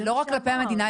לא רק כלפי המדינה.